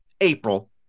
April